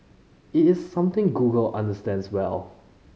it is something Google understands well